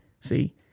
See